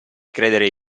credere